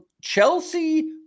Chelsea